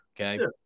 Okay